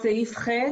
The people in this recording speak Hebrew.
סעיף (ח),